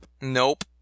Nope